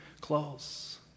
close